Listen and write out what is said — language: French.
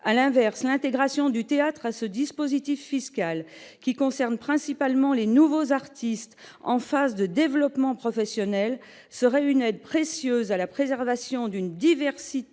l'inverse, l'intégration du théâtre à ce dispositif fiscal qui concerne principalement les nouveaux artistes en phase de développement professionnel sera une aide précieuse à la préservation d'une diversité